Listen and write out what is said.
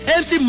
mc